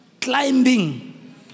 climbing